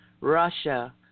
Russia